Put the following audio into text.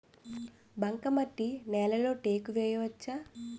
బంకమట్టి నేలలో టేకు వేయవచ్చా?